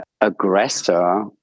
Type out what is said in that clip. aggressor